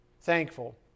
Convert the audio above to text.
thankful